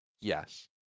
Yes